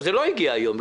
זה לא הגיע היום,